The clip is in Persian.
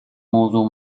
موضوع